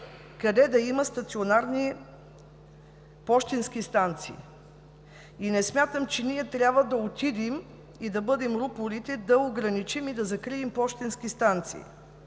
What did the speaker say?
къде да има стационарни пощенски станции. Не смятам, че ние трябва да отидем и да бъдем рупорите, да ограничим и да закрием пощенски станции.